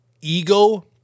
ego